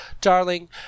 Darling